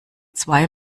zwei